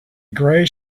gray